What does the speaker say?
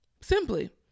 simply